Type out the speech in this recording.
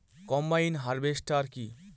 Combine harvester কি?